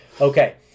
Okay